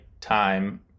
time